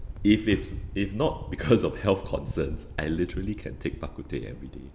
if it's if not because of health concerns I literally can take bak kut teh every day